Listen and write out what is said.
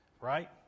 right